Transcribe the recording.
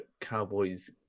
Cowboys